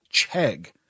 Chegg